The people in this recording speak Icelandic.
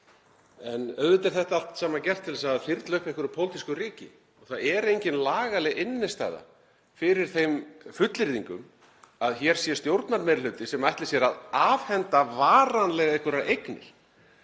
En auðvitað er þetta allt saman gert til að þyrla upp einhverju pólitísku ryki. Það er engin lagaleg innstæða fyrir þeim fullyrðingum að hér sé stjórnarmeirihluti sem ætli sér að afhenda varanlega einhverjar eignir.